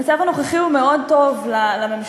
המצב הנוכחי הוא מאוד טוב לממשלה,